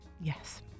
Yes